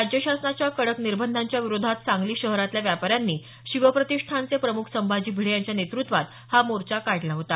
राज्य शासनाच्या कडक निर्बंधांच्या विरोधात सांगली शहरातल्या व्यापाऱ्यांनी शिवप्रतिष्ठानचे प्रमुख संभाजी भिडे यांच्या नेतृत्वात हा मोर्चा काढला होता